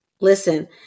Listen